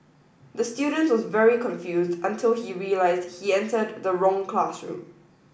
the student was very confused until he realize he entered the wrong classroom